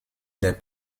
les